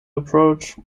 approach